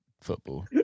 football